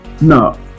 No